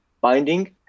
binding